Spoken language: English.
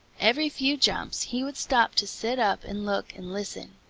every few jumps he would stop to sit up and look and listen.